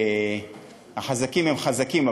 החזקים הם חזקים,